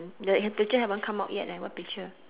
the picture haven't come out yet leh what picture